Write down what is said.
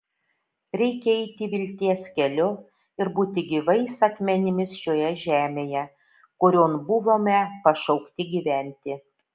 reikia eiti vilties keliu ir būti gyvais akmenimis šioje žemėje kurion buvome pašaukti gyventi